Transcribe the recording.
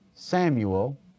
Samuel